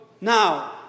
now